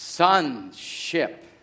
Sonship